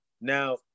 Now